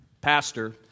pastor